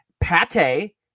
pate